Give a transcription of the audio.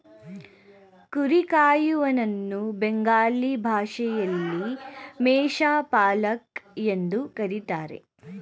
ಕುರಿ ಕಾಯುವನನ್ನ ಬೆಂಗಾಲಿ ಭಾಷೆಯಲ್ಲಿ ಮೇಷ ಪಾಲಕ್ ಎಂದು ಕರಿತಾರೆ